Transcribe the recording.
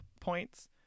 points